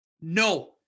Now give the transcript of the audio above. No